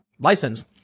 license